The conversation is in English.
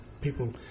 people